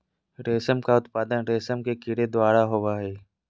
रेशम का उत्पादन रेशम के कीड़े द्वारा होबो हइ